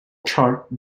chart